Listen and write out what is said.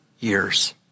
years